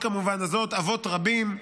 הזאת, אבות רבים.